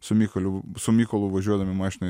su mykoliu su mykolu važiuodami mašinoj